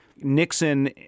Nixon